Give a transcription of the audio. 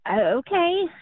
Okay